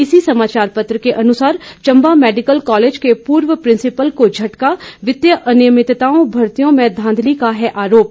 इसी समाचार पत्र के अनुसार चंबा मेडिकल कॉलेज के पूर्व प्रिंसीपल को झटका वितीय अनियमितताओं मर्ती में धांधली का है आरोप